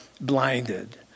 blinded